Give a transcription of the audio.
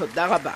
תודה רבה.